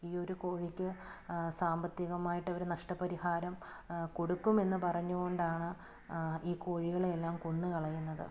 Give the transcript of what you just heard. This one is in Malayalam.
ഈ ഒരു കോഴിക്ക് സാമ്പത്തികമായിട്ട് അവർ നഷ്ടപരിഹാരം കൊടുക്കുമെന്ന് പറഞ്ഞുകൊണ്ടാണ് ഈ കോഴികളെയെല്ലാം കൊന്നുകളയുന്നത്